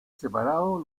separado